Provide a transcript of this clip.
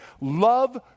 Love